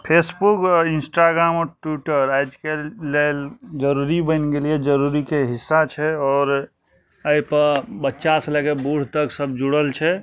Facebook और Instagram और Twitter आइ काल्हि लेल जरुरी बनि गेलइए जरुरीके हिस्सा छै आओर अइपर बच्चासँ लए कऽ बुढ़ तक सब जुड़ल छै